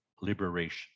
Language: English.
liberation